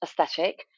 aesthetic